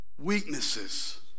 Weaknesses